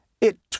It